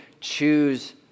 choose